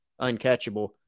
uncatchable